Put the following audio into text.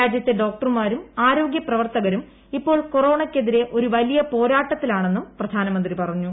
രാജ്യത്തെ ഡോക്ടർമാരും ആരോഗൃപ്രിവർത്തകരും ഇപ്പോൾ കൊറോണയ് ക്കെതിരെ ഒരു പലിയ ് പോരാട്ടത്തിലാണെന്നും പ്രധാനമന്ത്രി പറഞ്ഞു